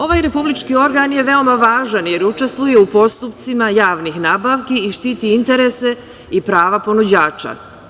Ovaj republički organ je veoma važan jer učestvuje u postupcima javnih nabavki i štiti interese i prava ponuđača.